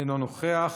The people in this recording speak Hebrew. אינו נוכח,